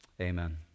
Amen